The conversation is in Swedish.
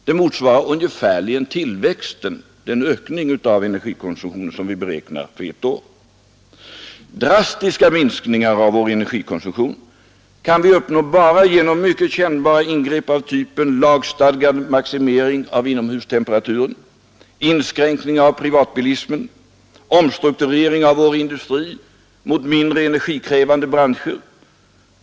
Det motsvarar ungefär den ökning av energikonsumtionen som vi beräknar för ett år. Drastiska minskningar av vår energikonsumtion kan vi uppnå bara genom mycket kännbara ingrepp av typen lagstadgad maximering av inomhustemperaturen, inskränkningar av privatbilismen och omstrukturering av vår industri mot mindre energikrävande branscher.